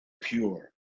pure